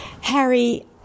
Harry